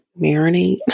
marinate